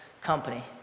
company